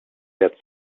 wer